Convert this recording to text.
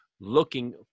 Looking